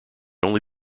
only